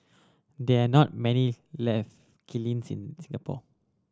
there are not many left kilns in Singapore